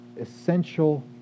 essential